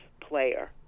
player